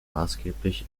maßgeblich